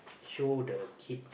show the kid